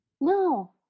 No